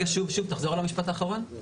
תחזור שוב על המשפט האחרון בבקשה.